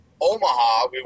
Omaha